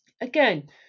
again